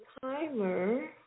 timer